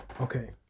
okay